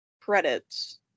credits